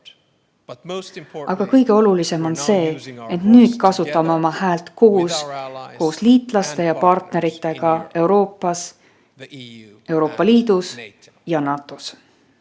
Aga kõige olulisem on see, et nüüd kasutame oma häält koos liitlaste ja partneritega Euroopas, Euroopa Liidus ja NATO-s.